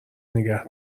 نگه